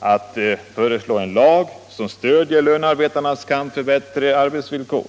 är att i lagen stödja lönarbetarnas kamp för bättre arbetsvillkor.